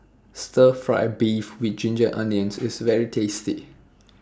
Stir Fry Beef with Ginger Onions IS very tasty